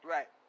Right